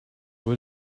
what